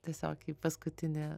tiesiog kaip paskutinė